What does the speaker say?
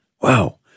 Wow